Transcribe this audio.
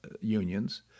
unions